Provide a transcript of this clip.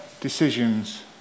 decisions